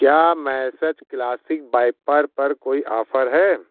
क्या message classic viper पर कोई ऑफ़र है